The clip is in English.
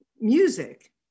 music